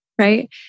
right